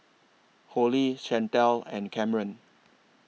Hollie Chantelle and Kameron